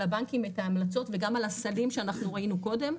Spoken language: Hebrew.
הבנקים את ההמלצות וגם על הסלים שאנחנו ראינו קודם.